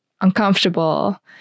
uncomfortable